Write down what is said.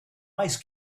ice